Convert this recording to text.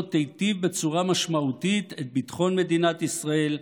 תיטיב בצורה משמעותית את ביטחון מדינת ישראל,